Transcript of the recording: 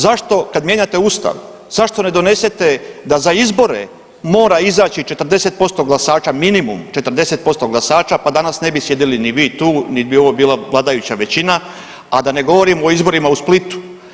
Zašto kad mijenjate ustav zašto ne donesete da za izbore mora izaći 40% glasača minimum, 40% glasača pa danas ne bi sjedili ni vi tu, nit bi ovo bila vladajuća većina a da ne govorim o izborima u Splitu.